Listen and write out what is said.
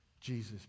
Jesus